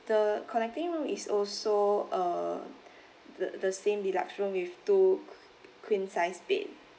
the connecting room is also uh the the same deluxe room with two queen size bed